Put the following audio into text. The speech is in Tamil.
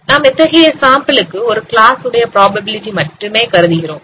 நாம் இத்தகைய சாம்பிளுக்கு ஒரு கிளாஸ் உடைய புரோபாபிலிடி மட்டுமே கருதுகிறோம்